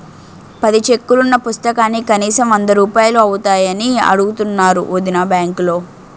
పది చెక్కులున్న పుస్తకానికి కనీసం వందరూపాయలు అవుతాయని అడుగుతున్నారు వొదినా బాంకులో